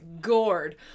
gourd